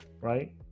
right